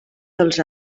dels